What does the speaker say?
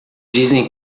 dizem